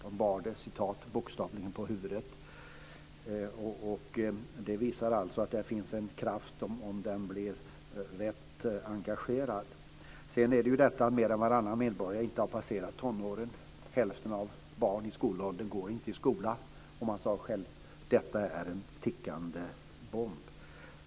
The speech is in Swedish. De bär det bokstavligen på huvudet. Det visar att där finns en kraft, som bara behöver bli rätt engagerad. Vidare har varannan medborgare inte passerat tonåren. Hälften av barnen i skolåldern går inte i skolan. Man sade själv att detta är en tickande bomb.